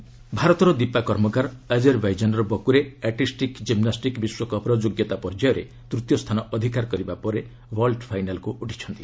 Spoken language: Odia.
ଜିନ୍ମାଷ୍ଟିକ ଦିପା ଭାରତର ଦଦୀପା କର୍ମକାର ଆଜରବାଇଜାନର ବକୁରେ ଆଟିଷ୍ଟିକ ଜିମ୍ନାଷ୍ଟିକ ବିଶ୍ୱକପ୍ର ଯୋଗ୍ୟତା ପର୍ଯ୍ୟାୟରେ ତୃତୀୟ ସ୍ଥାନ ଅଧିକାର କରିବା ପରେ ଭଲ୍ଟ ଫାଇନାଲକୁ ଉଠିଛନ୍ତି